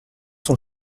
son